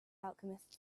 alchemist